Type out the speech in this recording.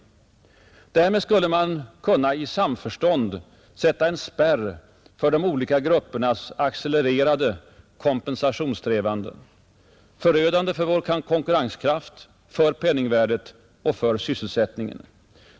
Därmed skulle man kunna i samförstånd sätta en spärr för de olika gruppernas accelererade kompensationssträvanden — förödande för vår konkurrenskraft, för penningvärdet och sysselsättningen.